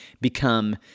become